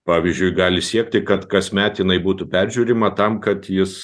pavyzdžiui gali siekti kad kasmet jinai būtų peržiūrima tam kad jis